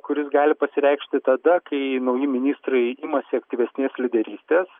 kuris gali pasireikšti tada kai nauji ministrai imasi aktyvesnės lyderystės